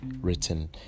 written